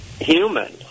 human